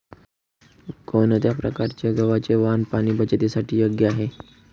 कोणत्या प्रकारचे गव्हाचे वाण पाणी बचतीसाठी योग्य आहे?